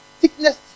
sickness